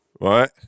right